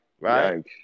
right